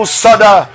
sada